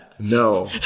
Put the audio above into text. No